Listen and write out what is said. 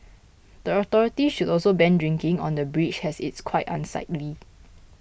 the authorities should also ban drinking on the bridge as it's quite unsightly